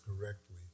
correctly